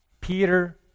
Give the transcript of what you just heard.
Peter